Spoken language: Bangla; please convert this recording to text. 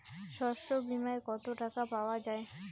শস্য বিমায় কত টাকা পাওয়া যায়?